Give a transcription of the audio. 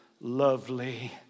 lovely